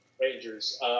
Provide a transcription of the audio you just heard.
Rangers